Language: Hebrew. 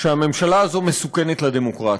שהממשלה הזאת מסוכנת לדמוקרטיה.